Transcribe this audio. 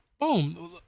Boom